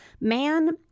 Man